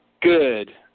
Good